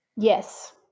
Yes